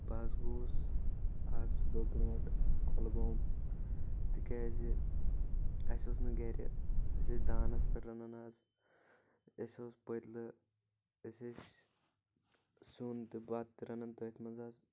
بہٕ حظ گوس اکھ زٕ دۄہ بروٗنٛٹھ کۄلگوم تِکیٛازِ اَسہِ اوس نہٕ گرِ أسۍ ٲسۍ دانس پٮ۪ٹھ رَنان آز اَسہِ اوس پٔتلہٕ أسۍ ٲسۍ سیُن تہِ بتہٕ تہِ رَنان تٔتھۍ منٛز حظ